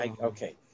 Okay